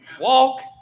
Walk